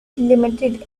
limited